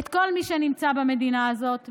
את כל מי שנמצא במדינה הזאת,